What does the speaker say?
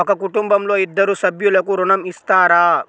ఒక కుటుంబంలో ఇద్దరు సభ్యులకు ఋణం ఇస్తారా?